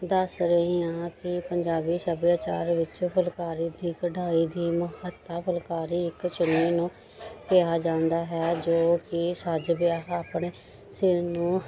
ਦੱਸ ਰਹੀ ਹਾਂ ਕਿ ਪੰਜਾਬੀ ਸੱਭਿਆਚਾਰ ਵਿੱਚ ਫੁਲਕਾਰੀ ਦੀ ਕਢਾਈ ਦੀ ਮਹੱਤਤਾ ਫੁਲਕਾਰੀ ਇੱਕ ਚੁੰਨੀ ਨੂੰ ਕਿਹਾ ਜਾਂਦਾ ਹੈ ਜੋ ਕਿ ਸੱਜ ਵਿਆਹੀ ਆਪਣੇ ਸਿਰ ਨੂੰ